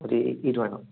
ഒരു ഇരുപത് എണ്ണം